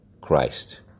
christ